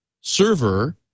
server